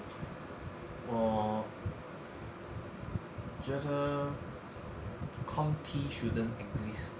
我觉得 corn tea shouldn't exist